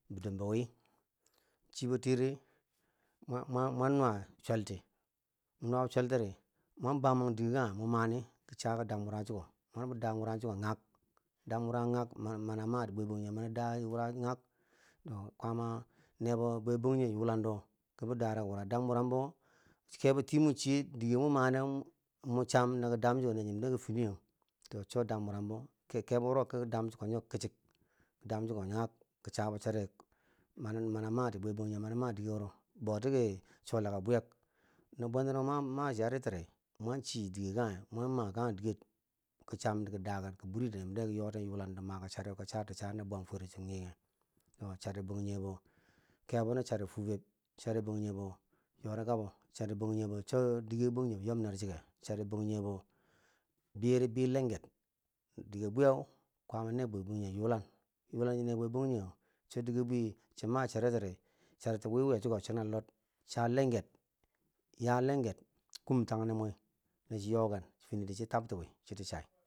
Bidom bo wi chibotiiri mwa mwa nuwa chwelti, mo nuwabo chweltiri mwan baman dige kanghe ko mani ko cha ki dam wura chiko, ma bo da wuro chiko ngak, dam wura ngak mani mana mati, bwe banjinghe mani da wura ngak, do kwaaama nebo bwebangdinghe yulando ki bi dare wura dam wurambo, kebo tii mo chiye dike mun mana mun cham na ki dam chi ko fini, to cho dam wurambo kebo wuro ki dam cho ko nyo kichik, ki dam chiko ngak, ki cha bo chari mani mana mati bwe bangjige mani ma dike wuro boti ki sola ka buye no bwentano mama ma charitiri mun chi dike kage mun ma diker ki cham di ki dagen ki buri yimde ki yoten yulando chari to ka cha ti cha na bwam furkumero to chari banjigebo kebo na chari fubeb chari banjigebo yori kabo chari banjigebo cho dike banjige bo yom ner chi ke chari banjigebo biri bi lenger dike buye kwama ne bwe banjige yulan yulando chi ne bwe banjige cho di ke wi no cha ma cha ritiri charito wiwiye chi ko chiner lod cha lenger ya lenger kum tangnibwe naji yoke finiri chin tab ti wi chi ti chai.